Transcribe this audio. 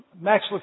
Max